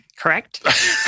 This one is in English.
correct